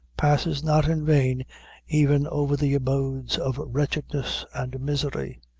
passes not in vain even over the abodes of wretchedness and misery.